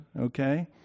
okay